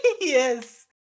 Yes